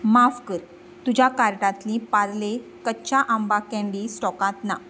माफ कर तुज्या कार्टांतली पार्ले कच्चा आंबा कँडी स्टॉकांत ना